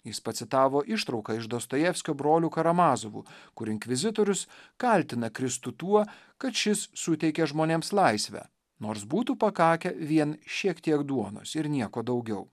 jis pacitavo ištrauką iš dostojevskio brolių karamazovu kur inkvizitorius kaltina kristų tuo kad šis suteikė žmonėms laisvę nors būtų pakakę vien šiek tiek duonos ir nieko daugiau